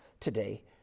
today